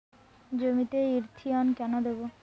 জমিতে ইরথিয়ন কেন দেবো?